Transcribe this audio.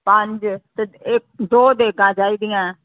ਪੰਜ ਦੋ ਦੇਗਾਂ ਚਾਹੀਦੀਆਂ